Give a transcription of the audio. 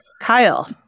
kyle